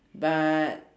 but